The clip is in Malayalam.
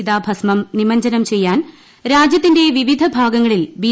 ചിതാഭസ്മം നിമജ്ജനം ക്ഷെയ്യാൻ രാജ്യത്തിന്റെ വിവിധ ഭാഗങ്ങളിൽ ബി